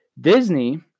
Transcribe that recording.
Disney